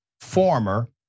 former